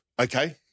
okay